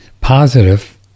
positive